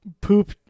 poop